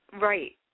Right